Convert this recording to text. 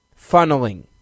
funneling